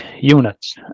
units